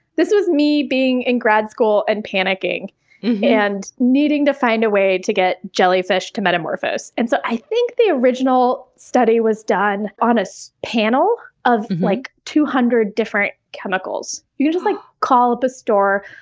this was me being in in grad school and panicking and needing to find a way to get jellyfish to metamorphose. and so i think the original study was done on this panel of, like, two hundred different chemicals. you just like call up a store,